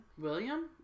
William